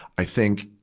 i think,